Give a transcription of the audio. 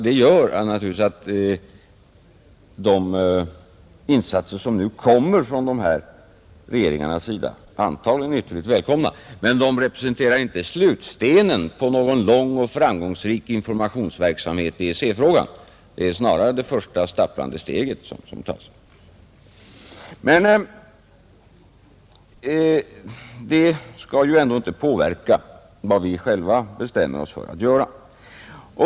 Det gör naturligtvis att de insatser som nu kommer från dessa regeringars sida antagligen är ytterligt välkomna, men de representerar inte slutstenen i någon lång och framgångsrik informationsverksamhet i EEC-frågan. Det är snarare det första stapplande steget som tas. Men det skall ju ändå inte påverka vad vi själva bestämmer oss för att göra.